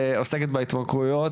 כוועדה שעוסקת בהתמכרויות,